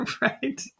Right